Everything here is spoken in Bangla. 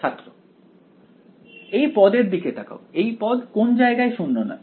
ছাত্র এই পদ এর দিকে তাকাও এই পদ কোন জায়গায় শূন্য নয়